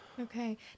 okay